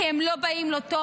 כי הם לא באים לו טוב.